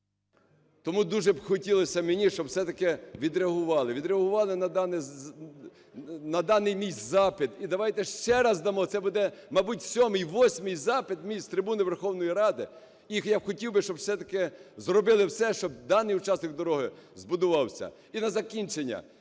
Тому дуже б хотілося мені, щоб все-таки відреагували, відреагували на даний мій запит. І давайте ще раз дамо. Це буде, мабуть, сьомий, восьмий запит мій з трибуни Верховної Ради. І я хотів би, щоб все-таки зробили все, щоб даний участок дороги забудувався. І на закінчення.